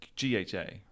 GHA